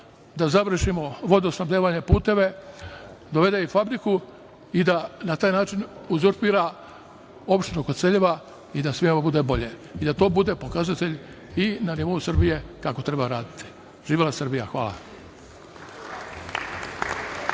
da završimo vodosnabdevanje puteva, dovede i fabriku i da na taj način uzurpira opštinu Koceljeva i da svima bude bolje i da to bude pokazatelj i na nivou Srbije kako treba raditi. Živela Srbija. Hvala.